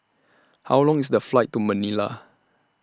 How Long IS The Flight to Manila